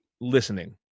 listening